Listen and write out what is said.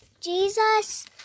Jesus